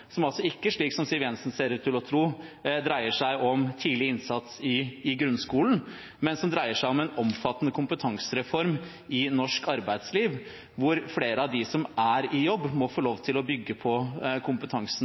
som ikke dreier seg om tidlig innsats i grunnskolen, som Siv Jensen ser ut til å tro, men som dreier seg om en omfattende kompetansereform i norsk arbeidsliv, hvor flere av dem som er i jobb, må få lov til å bygge på kompetansen